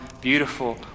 beautiful